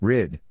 Rid